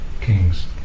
kings